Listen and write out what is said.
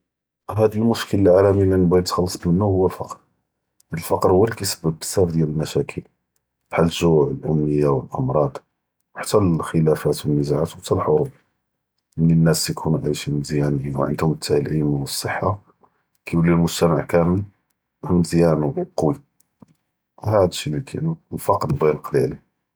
האד אלמשכל לי אלעאלם בגא יתכלצ’ מנו הוא אלפקר، אלפקר הוא לי כיסבב בזאף דיאל אלמשאכל، בחאל אלג’וע ו אלאמיה ו אלאמראצ’ חתה אלכ’לאפאת ו אלנזאעאת ו חתה אלחורוב، ملي אנאס כיכונו עאישין מזיאן ו כיכון ענדهم אלתאלי ו אלצהה כיוולי אלמוג’תמע כולו מזיאן ו קוי، האד אלשי לי כאין.